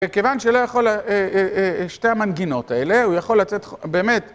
וכיוון שלא יכול שתי המנגינות האלה, הוא יכול לצאת באמת...